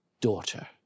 daughter